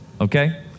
okay